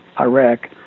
Iraq